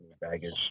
baggage